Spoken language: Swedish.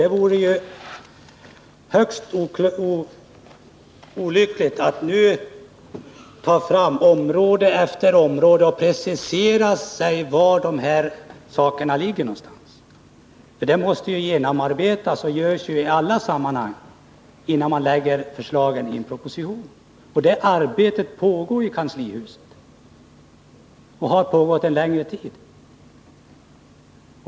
Det vore högst olyckligt att nu på område efter område precisera var besparingarna skall ligga. Detta måste genomarbetas, och så sker i alla sammanhang innan man lägger förslagen i en proposition. Det arbetet pågår i kanslihuset och har pågått under en längre tid.